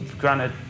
Granted